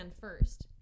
first